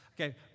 Okay